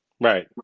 Right